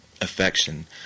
affection